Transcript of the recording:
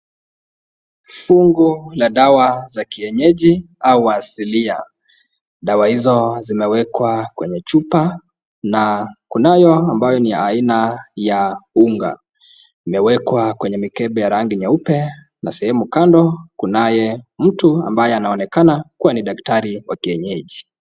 Fungu la dawa za kienyeji au asilia. Dawa hizo zimewekwa kwenye chupa, na kunayo ambayo ni aina ya unga. Imewekwa kwenye mikebe ya rangi nyeupe, na sehemu kando kunaye mtu ambaye anaonekana kuwa ni daktari wa kienyeji.